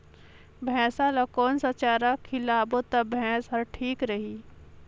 भैसा ला कोन सा चारा खिलाबो ता भैंसा हर ठीक रही?